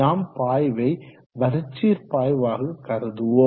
நாம் பாய்வை வரிச்சீர் பாய்வாக கருதுவோம்